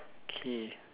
okay